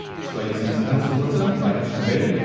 just by using this pencil button, by hitting b.